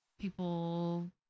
People